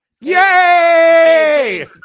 Yay